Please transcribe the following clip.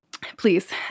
please